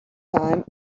time